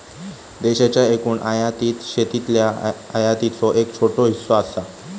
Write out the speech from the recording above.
देशाच्या एकूण आयातीत शेतीतल्या आयातीचो एक छोटो हिस्सो असा